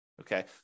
okay